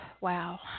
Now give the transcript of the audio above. wow